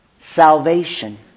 salvation